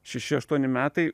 šeši aštuoni metai